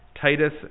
Titus